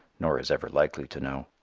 nor is ever likely to know.